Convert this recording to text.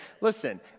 listen